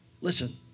Listen